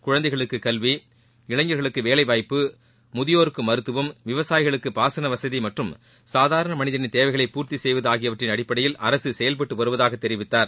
குழந்தைகளுக்கு கல்வி இளைஞர்களுக்கு வேலைவாய்ப்பு முதியோருக்கு மருத்துவம் விவசாயிகளுக்கு பாசனவசதி மற்றும் சாதாரண மனிதனின் தேவைகளை பூர்த்தி செய்வது ஆகியவற்றின் அடிப்படையில் அரசு செயல்பட்டு வருவதாக தெரிவித்தார்